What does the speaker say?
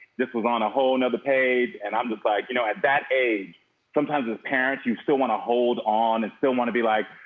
this was on a whole another page. and i'm just like, you know, at that age sometimes as parents, you still want to hold on and still want to be like,